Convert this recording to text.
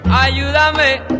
Ayúdame